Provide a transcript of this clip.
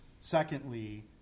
Secondly